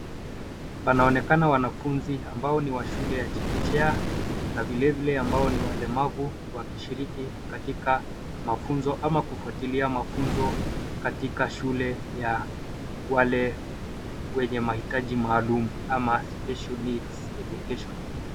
Panaonekana wanafunzi ambao ni wa shule ya chekechea na vile vile ambao ni walemavu wakishiriki katika mafunzo ama kufuatilia mafunzo katika shule ya wale wenye mahitaji maalum ama special needs education .